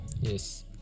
Yes